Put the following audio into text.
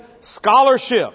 scholarship